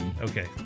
Okay